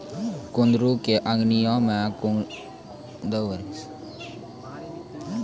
कुंदरू कॅ अंगिका मॅ कुनरी कहलो जाय छै